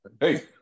Hey